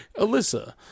Alyssa